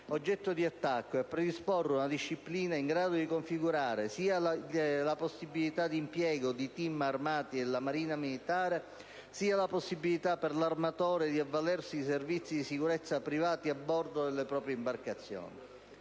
oggetto di attacco ed a predisporre una disciplina in grado di configurare sia la possibilità di impiego di *team* armati della Marina militare, sia la possibilità per l'armatore di avvalersi di servizi di sicurezza privata a bordo delle proprie imbarcazioni.